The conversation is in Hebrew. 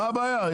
מה הבעיה?